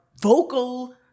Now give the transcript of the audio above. vocal